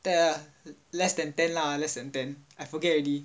less than ten lah less than ten I forget already